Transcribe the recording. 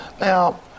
Now